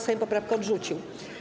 Sejm poprawkę odrzucił.